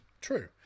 true